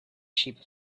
sheep